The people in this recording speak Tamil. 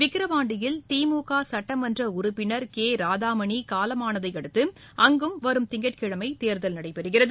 விக்கிரவாண்டியில் திமுக சட்டமன்ற உறுப்பினர் கே ராதாமணி காலமானதை அடுத்து அங்கும் வரும் திங்கட்கிழமை தேர்தல் நடைபெறுகிறது